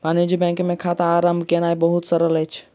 वाणिज्य बैंक मे खाता आरम्भ केनाई बहुत सरल अछि